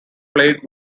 played